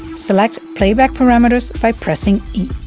select playback parameters by pressing e